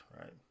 right